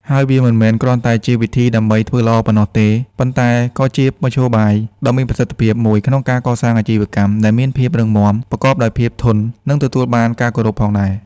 ហើយវាមិនមែនគ្រាន់តែជាវិធីដើម្បី "ធ្វើល្អ" ប៉ុណ្ណោះទេ ប៉ុន្តែក៏ជាមធ្យោបាយដ៏មានប្រសិទ្ធភាពមួយក្នុងការកសាងអាជីវកម្មដែលមានភាពរឹងមាំ ប្រកបដោយភាពធន់ និងទទួលបានការគោរពផងដែរ។